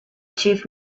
chief